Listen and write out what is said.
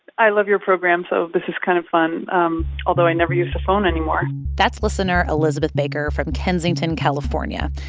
i love your program so this is kind of fun um although i never use the phone anymore that's listener elizabeth baker from kensington, calif. um yeah